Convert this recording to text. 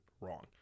wrong